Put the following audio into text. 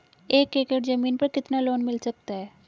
एक एकड़ जमीन पर कितना लोन मिल सकता है?